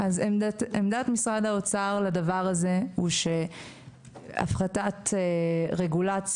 עמדת משרד האוצר לדבר הזה היא שהפחתת רגולציה